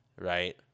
right